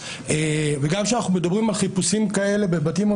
וגם כשאנחנו מדברים על חיפושים כאלה בבתים או